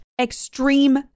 extreme